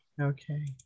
Okay